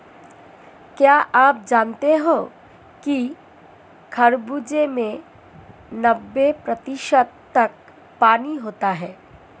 क्या आप जानते हैं कि खरबूजे में नब्बे प्रतिशत तक पानी होता है